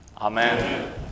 Amen